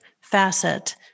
facet